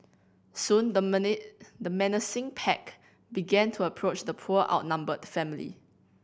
soon the menacing pack began to approach the poor outnumbered family